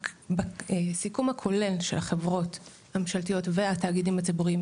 בסיכום הכולל של החברות הממשלתיות והתאגידים הציבוריים,